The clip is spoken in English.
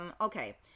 okay